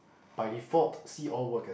by default see all work